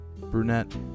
brunette